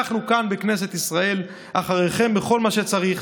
אנחנו כאן בכנסת ישראל אחריכם בכל מה שצריך.